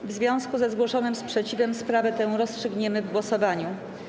W związku ze zgłoszonym sprzeciwem sprawę tę rozstrzygniemy w głosowaniu.